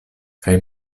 kaj